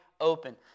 open